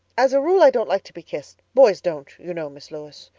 as a rule, i don't like to be kissed. boys don't. you know, miss lewis.